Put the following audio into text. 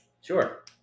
Sure